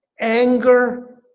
anger